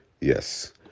Yes